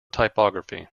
typography